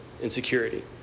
insecurity